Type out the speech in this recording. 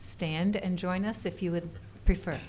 stand and join us if you would prefer